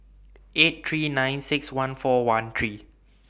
eight three nine six one four one three